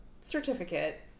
certificate